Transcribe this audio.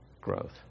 growth